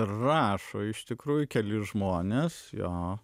rašo iš tikrųjų keli žmonės jo